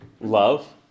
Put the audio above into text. love